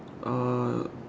uh